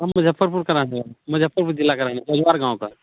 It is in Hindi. हम मुज़फ़्फ़रपुर के रहने वाले मुज़फ़्फ़रपुर ज़िले के रहने जजवार गाँव के